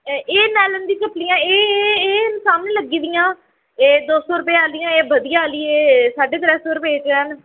एह् एह् नैलन दियां चप्पलियां एह् एह् एह् सामनै लग्गी दियां एह् दो सौ रपेऽ आह्लियां एह् बधिया आह्ली एह् साढ़े त्रै सौ रपेऽ दियां न